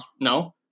No